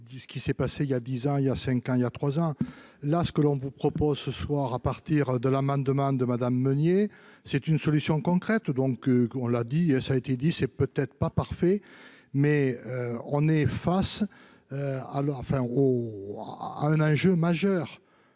ce qui s'est passé il y a 10 ans, il y a 5 ans, il y a 3 ans, là ce que l'on vous propose ce soir à partir de l'amendement de Madame Meunier, c'est une solution concrète donc qu'on l'a dit, ça a été dit, c'est peut-être pas parfait, mais on est face à la enfin au